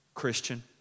Christian